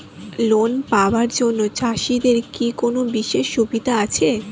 Loan পাওয়ার জন্য চাষিদের কি কোনো বিশেষ সুবিধা আছে?